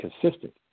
consistent